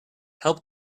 help